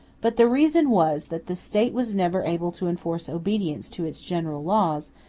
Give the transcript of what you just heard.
but the reason was, that the state was never able to enforce obedience to its general laws,